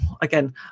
again